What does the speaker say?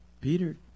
Peter